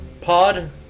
pod